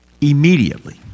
immediately